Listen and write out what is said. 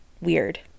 weird